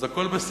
אז הכול בסדר,